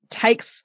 takes